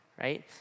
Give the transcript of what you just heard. right